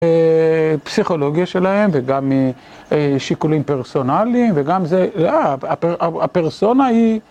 פסיכולוגיה שלהם, וגם שיקולים פרסונליים, והפרסונה היא...